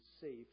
safe